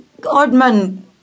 Godman